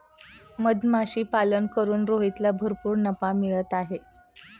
मधमाशीपालन करून रोहितला भरपूर नफा मिळत आहे